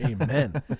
Amen